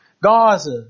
Gaza